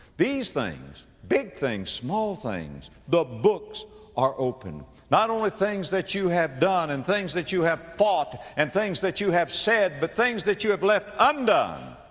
these things, big things, small things, the books are opened. not only things that you have done and things that you have thought and things that you have said but things that you have left undone.